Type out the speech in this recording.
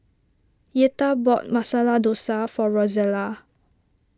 Yetta bought Masala Dosa for Rozella